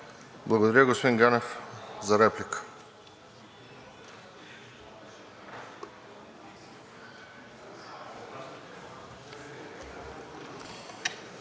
Благодаря, господин Биков. За реплика